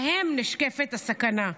להם נשקפת הסכנה.